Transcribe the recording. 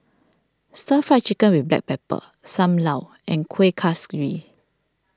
Stir Fried Chicken with Black Pepper Sam Lau and Kuih Kaswi